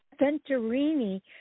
Venturini